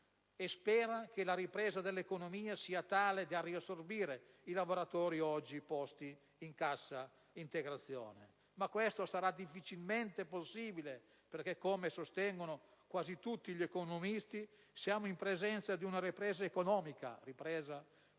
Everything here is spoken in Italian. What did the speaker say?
e spera che la ripresa dell'economia sia tale da riassorbire i lavoratori oggi posti in cassa integrazione. Ma questo sarà difficilmente possibile perché, come sostengono quasi tutti gli economisti, siamo in presenza di una ripresa economica, peraltro molto